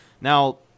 Now